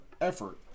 effort